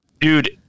Dude